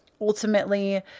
ultimately